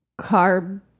carb